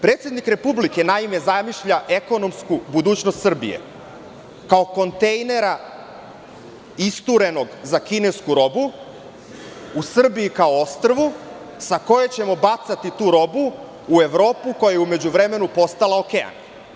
Predsednik Republike, naime, zamišlja ekonomsku budućnost Srbije kao kontejnera isturenog za kinesku robu, u Srbiji kao ostrvu, sa kojeg ćemo bacati tu robu u Evropu koja je u međuvremenu postala okean.